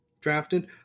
drafted